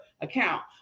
account